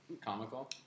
comical